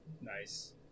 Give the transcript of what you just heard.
Nice